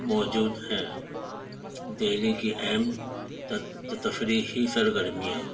موجود ہیں دہلی کی اہم تفریحی سرگرمیاں